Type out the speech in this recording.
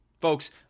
Folks